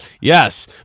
Yes